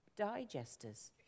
digesters